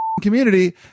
community